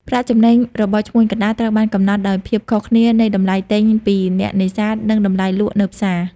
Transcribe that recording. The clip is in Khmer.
ប្រាក់ចំណេញ របស់ឈ្មួញកណ្តាលត្រូវបានកំណត់ដោយភាពខុសគ្នានៃតម្លៃទិញពីអ្នកនេសាទនិងតម្លៃលក់នៅផ្សារ។